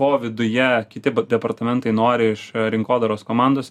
o viduje kiti departamentai nori iš rinkodaros komandos